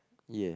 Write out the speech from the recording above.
ya